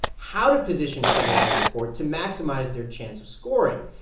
how to position players on the court to maximize their chance of scoring.